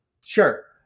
Sure